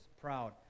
proud